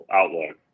outlook